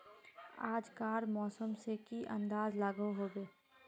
आज कार मौसम से की अंदाज लागोहो होबे?